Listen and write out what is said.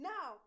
Now